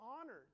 honored